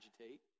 agitate